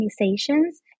organizations